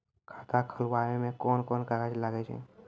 खाता खोलावै मे कोन कोन कागज लागै छै?